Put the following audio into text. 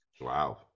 wow